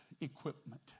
equipment